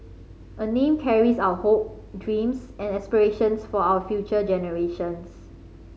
a name carries our hope dreams and aspirations for our future generations